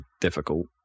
difficult